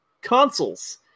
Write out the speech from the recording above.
consoles